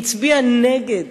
הצביעה נגד